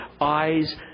eyes